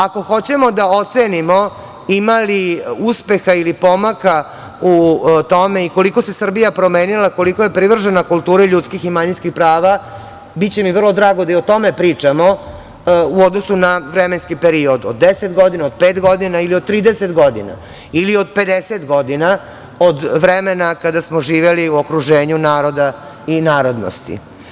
Ako hoćemo da ocenimo ima li uspeha ili pomaka u tome i koliko se Srbija promenila, koliko je privržena kulturi ljudskih i manjinskih prava, biće mi vrlo drago da i o tome pričamo u odnosu na vremenski period od 10 godina, od pet godina, od 30 godina ili od 50 godina od vremena kada smo živeli u okruženju naroda i narodnosti.